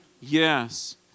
Yes